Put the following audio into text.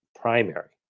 primary